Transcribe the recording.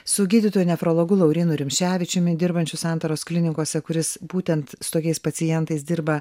su gydytoju nefrologu laurynu rumševičiumi dirbančiu santaros klinikose kuris būtent su tokiais pacientais dirba